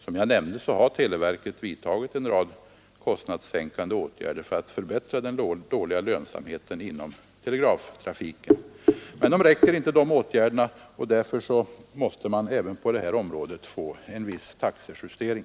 Som jag nämnde har televerket vidtagit en rad kostnadssänkande åtgärder för att förbättra den dåliga lönsamheten inom telegramtrafiken. Men det räcker inte, och därför måste man även på detta område få en viss taxejustering.